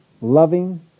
loving